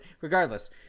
Regardless